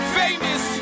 famous